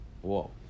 Whoa